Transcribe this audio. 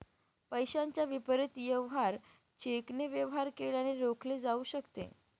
पैशाच्या विपरीत वेवहार चेकने वेवहार केल्याने रोखले जाऊ शकते